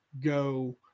go